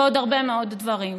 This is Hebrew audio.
ועוד הרבה מאוד דברים.